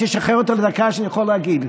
שתשחרר אותו לדקה כדי שאני אוכל להגיד.